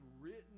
written